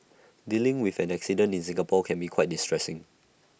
dealing with an accident in Singapore can be quite distressing